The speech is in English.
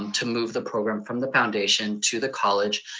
um to move the program from the foundation to the college,